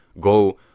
go